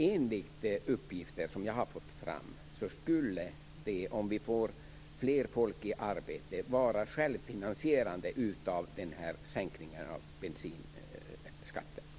Enligt uppgifter som jag har fått fram skulle en sänkning av bensinskatten vara självfinansierande, om vi därmed fick fler i arbete.